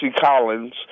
Collins